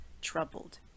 troubled